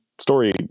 story